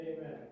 Amen